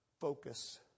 focus